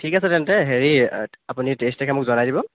ঠিক আছে তেন্তে হেৰি আপুনি তেইছ তাৰিখে মোক জনাই দিব